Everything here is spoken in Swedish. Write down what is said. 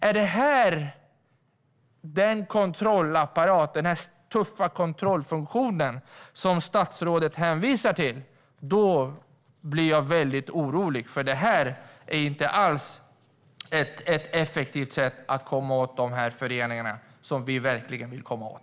Om det är den kontrollapparaten, den tuffa kontrollfunktionen, som statsrådet hänvisar till blir jag orolig. Det är nämligen inte alls ett effektivt sätt att komma åt de föreningar som vi verkligen vill komma åt.